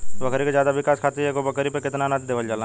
बकरी के ज्यादा विकास खातिर एगो बकरी पे कितना अनाज देहल जाला?